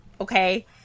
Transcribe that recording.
okay